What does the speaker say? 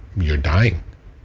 you're dying,